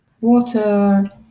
water